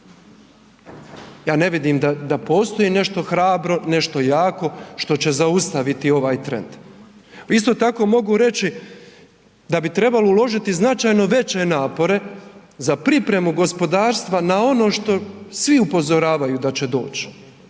Ja ne vidim da postoji nešto hrabro, nešto jako što će zaustaviti ovaj trend. Isto tako mogu reći da bi trebalo uložiti značajno veće napore za pripremu gospodarstva na ono što svi upozoravaju da će doći